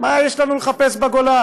מה יש לנו לחפש בגולה?